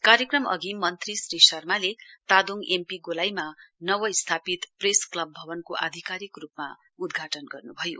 कार्यक्रम अघि मन्त्री श्री शर्माले तादोङ एमपी गोलाईमा नवस्थापित प्रेस क्लब भवनको आधिकारिक रुपमा उद्घाटन गर्न्भयो